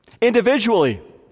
Individually